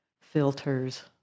filters